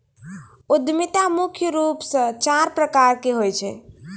उद्यमिता मुख्य रूप से चार प्रकार के होय छै